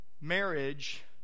marriage